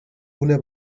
una